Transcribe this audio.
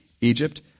Egypt